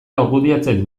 argudiatzen